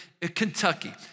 Kentucky